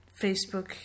Facebook